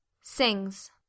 Sings